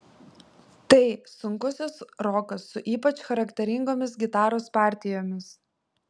tai sunkusis rokas su ypač charakteringomis gitaros partijomis